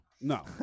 No